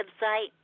website